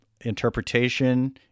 interpretation